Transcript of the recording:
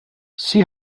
see